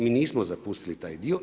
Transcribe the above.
Mi nismo zapustili taj dio.